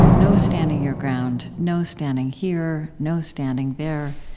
no standing your ground, no standing here, no standing there,